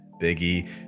Biggie